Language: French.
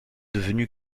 devenue